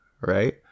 right